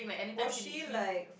was she like